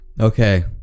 Okay